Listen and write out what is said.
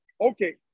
Okay